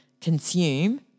consume